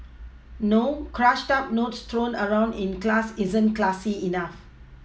no crushed up notes thrown around in class isn't classy enough